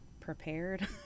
prepared